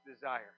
desire